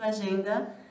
agenda